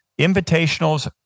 invitationals